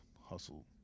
hustle